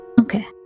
Okay